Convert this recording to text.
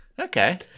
Okay